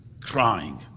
crying